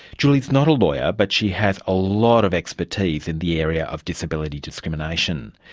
julie is not a lawyer but she has a lot of expertise in the area of disability discrimination.